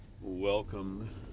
welcome